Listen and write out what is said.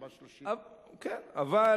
4.30. כן, אבל